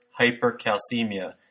hypercalcemia